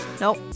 Nope